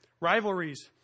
rivalries